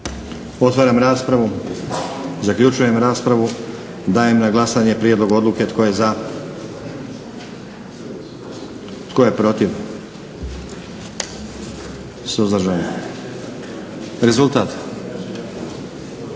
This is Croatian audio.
Otvaram raspravu. Zaključujem raspravu. Dajem na glasanje prijedlog odluke. Tko je za? Tko je protiv? Suzdržan? Rezultat.